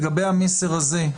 לגבי המסר הזה.